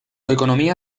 economía